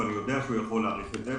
ואני יודע איפה הוא יכול להאריך את זה.